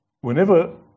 whenever